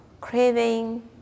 craving